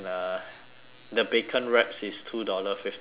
the bacon wraps is two dollar fifty cents